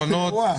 שונות,